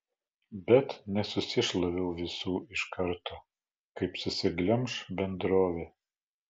bet nesusišlaviau visų iš karto kaip susiglemš bendrovė